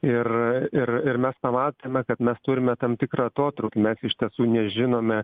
ir ir ir mes pamatėme kad mes turime tam tikrą atotrūkį mes iš tiesų nežinome